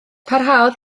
parhaodd